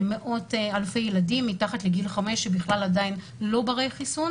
מאות-אלפי ילדים מתחת לגיל 5 שבכלל עדיין אינם ברי חיסון